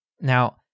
Now